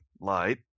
light